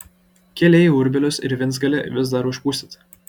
keliai į urbelius ir vincgalį vis dar užpustyti